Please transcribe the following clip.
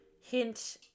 hint